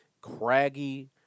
Craggy